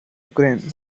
ukraine